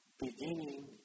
beginning